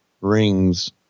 rings